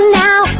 now